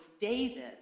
David